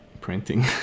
printing